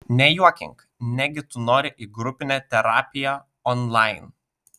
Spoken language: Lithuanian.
nejuokink negi tu nori į grupinę terapiją onlain